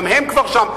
גם הן כבר שם.